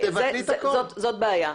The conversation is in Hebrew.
זו בעיה.